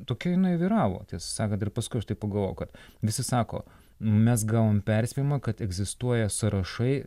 tokia jinai vyravo sakant ir paskui aš taip pagalvojau kad visi sako mes gavom perspėjimą kad egzistuoja sąrašai